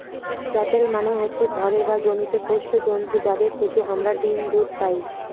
cattle মানে হচ্ছে ঘরে বা জমিতে পোষ্য জন্তু যাদের থেকে আমরা ডিম, দুধ পাই